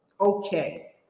Okay